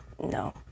No